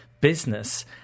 business